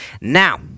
Now